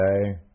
Okay